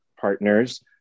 partners